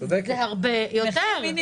זה הרבה יותר.